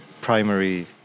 primary